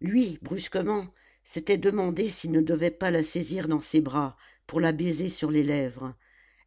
lui brusquement s'était demandé s'il ne devait pas la saisir dans ses bras pour la baiser sur les lèvres